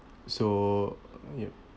so yup